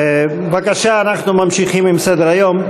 בבקשה, אנחנו ממשיכים בסדר-היום.